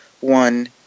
one